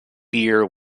beer